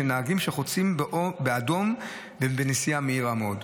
של נהגים שחוצים באור אדום בנסיעה מהירה מאוד.